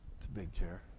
big chair.